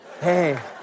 Hey